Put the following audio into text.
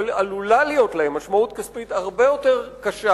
אבל עלולה להיות משמעות כספית הרבה יותר קשה